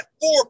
four